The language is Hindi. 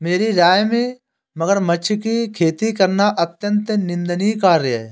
मेरी राय में मगरमच्छ की खेती करना अत्यंत निंदनीय कार्य है